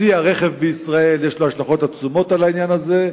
לצי הרכב בישראל יש השלכות עצומות על העניין הזה,